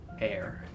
Air